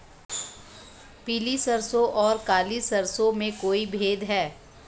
पीली सरसों और काली सरसों में कोई भेद है?